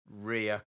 rear